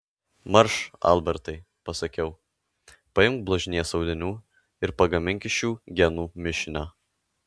marš albertai pasakiau paimk blužnies audinių ir pagamink iš jų genų mišinio